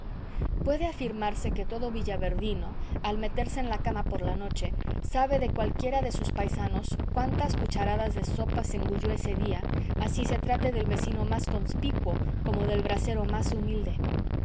puede afirmarse que todo villaverdino al meterse en la cama por la noche sabe de cualquiera de sus paisanos cuántas cucharadas de sopa se engulló ese día así se trate del vecino más conspicuo como del bracero más humilde